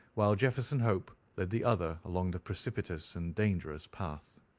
while jefferson hope led the other along the precipitous and dangerous path.